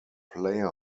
player